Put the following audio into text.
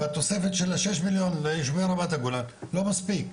ותוספת של 6 מיליון ליישובי רמת הגולן לא מספיק,